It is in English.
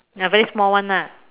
a very small one ah